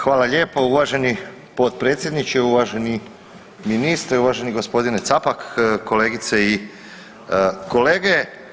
Hvala lijepo, uvaženi potpredsjedniče, uvaženi ministre, uvaženi gospodine Capak, kolegice i kolege.